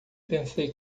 pensei